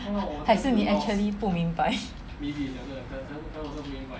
还是你 actually 不明白